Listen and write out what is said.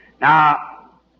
Now